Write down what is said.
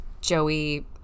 Joey